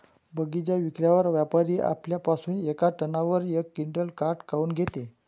बगीचा विकल्यावर व्यापारी आपल्या पासुन येका टनावर यक क्विंटल काट काऊन घेते?